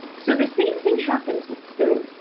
so the same thing happens with food.